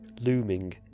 looming